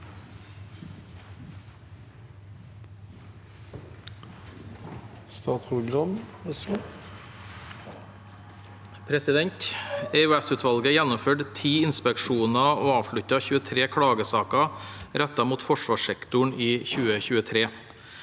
EOS-utvalget gjennomførte 10 inspeksjoner og avsluttet 23 klagesaker rettet mot forsvarssektoren i 2023.